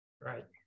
Right